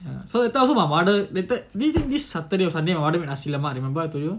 ya so that time aslo my mother later this this this saturday or sunday my mother make nasi lemak remember I told you